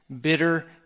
bitter